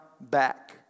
back